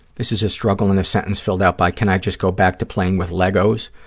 this is a struggle in a sentence filled out by can i just go back to playing with legos,